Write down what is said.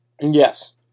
Yes